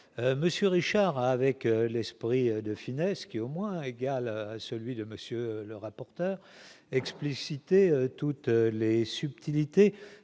monsieur Richard avec l'esprit de finesse qui au moins égal à celui de monsieur le rapporteur expliciter toutes les subtilités